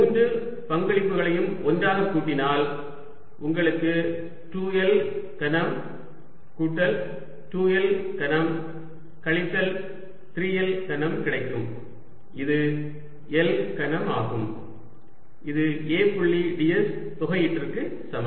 z 3×L2L2×2 3L3 எனவே நீங்கள் மூன்று பங்களிப்புகளையும் ஒன்றாக கூட்டினால் உங்களுக்கு 2L கனம் கூட்டல் 2L கனம் கழித்தல் 3L கனம் கிடைக்கும் இது L கனம் ஆகும் இது A புள்ளி ds தொகையீடுக்கு சமம்